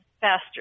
faster